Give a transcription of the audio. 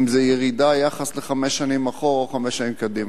אם זו ירידה ביחס לחמש שנים אחורה או חמש שנים קדימה.